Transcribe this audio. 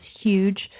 huge